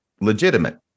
legitimate